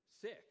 Six